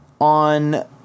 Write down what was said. On